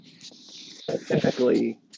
specifically